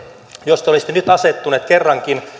jos te olisitte nyt asettunut kerrankin